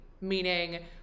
meaning